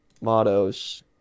mottos